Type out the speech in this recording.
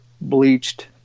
bleached